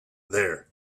there